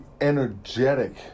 energetic